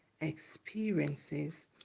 experiences